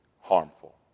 harmful